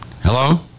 Hello